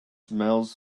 smells